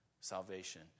salvation